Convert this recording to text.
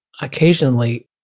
occasionally